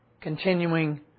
continuing